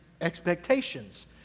expectations